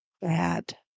bad